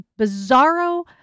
bizarro